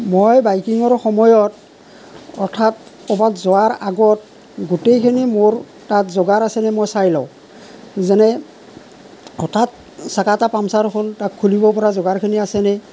মই বাইকিঙৰ সময়ত অৰ্থাৎ ক'ৰবাত যোৱাৰ আগত গোটেইখিনি মোৰ তাত যোগাৰ আছেনে মই চাই লওঁ যেনে হঠাৎ চকা এটা পামচাৰ হ'ল তাক খুলিব পৰা যোগাৰখিনি আছেনে